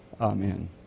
Amen